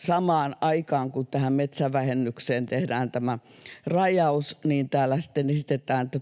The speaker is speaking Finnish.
samaan aikaan, kun tähän metsävähennykseen tehdään tämä rajaus, niin täällä sitten hallitus esittää, että